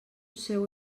seu